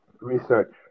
research